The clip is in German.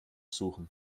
suchen